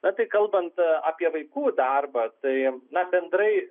na tai kalbant apie vaikų darbą tai na bendrai